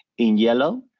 in yellow,